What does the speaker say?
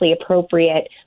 appropriate